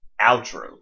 outro